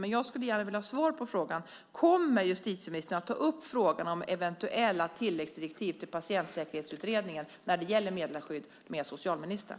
Men jag skulle gärna vilja ha svar på frågan: Kommer justitieministern att ta upp frågan om eventuella tillläggsdirektiv till Patientsäkerhetsutredningen när det gäller meddelarskydd med socialministern?